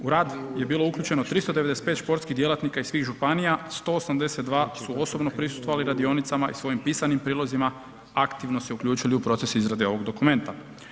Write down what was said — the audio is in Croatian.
U rad je bilo uključeno 395 športskih djelatnika iz svih županija, 182 su osobno prisustvovali radionicama i svojim pisanim prijedlozima aktivno se uključili u proces izrade ovog dokumenta.